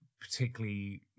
particularly